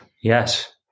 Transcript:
yes